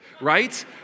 right